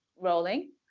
rolling